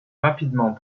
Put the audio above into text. rapidement